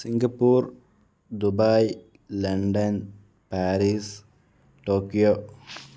Singapore Dubai London Paris Tokyo